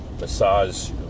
massage